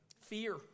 Fear